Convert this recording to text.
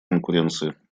конкуренции